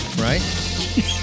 right